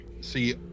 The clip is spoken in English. see